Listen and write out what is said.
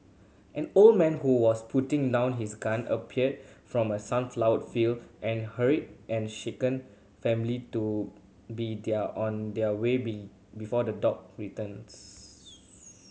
an old man who was putting down his gun appeared from the sunflower field and hurried and shaken family to be their on their way be before the dog returns